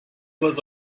was